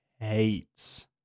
hates